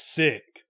sick